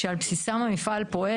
שעל בסיסם המפעל פועל.